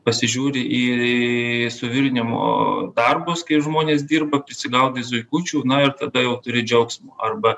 pasižiūri į suvirinimo darbus kaip žmonės dirba prisigaudai zuikučių na ir tada jau turi džiaugsmo arba